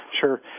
Sure